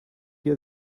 year